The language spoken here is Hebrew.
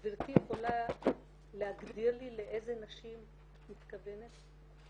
גבירתי יכולה להגדיר לי לאיזה נשים את מתכוונת?